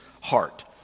heart